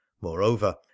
moreover